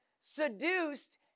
seduced